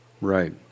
Right